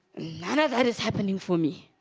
and that is happening for me